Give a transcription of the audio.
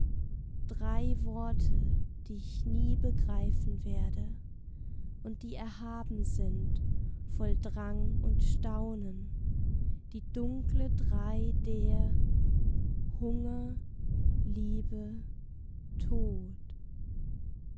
drei worte die ich nie begreifen werde und die erhaben sind voll drang und staunen die dunkle drei der hunger liebe tod